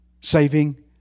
saving